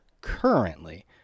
currently